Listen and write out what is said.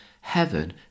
heaven